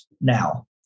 now